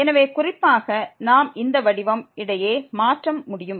எனவே குறிப்பாக நாம் இந்த வடிவம் இடையே மாற்ற முடியும்